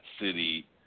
city